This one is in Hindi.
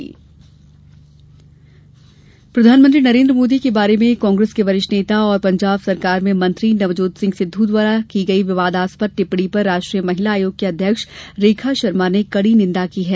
सिद्धू बयान प्रधानमंत्री नरेन्द्र मोदी के बारे में कांग्रेस के वरिष्ठ नेता और पंजाब सरकार में मंत्री नवजोत सिंह सिद्ध द्वारा की गयी विवादास्पद टिप्पणी पर राष्ट्रीय महिला आयोग की अध्यक्ष रेखा शर्मा ने कडी निन्दा की है